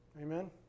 Amen